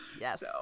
Yes